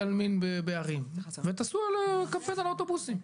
העלמין בערים ותעשו פרסומת על האוטובוסים.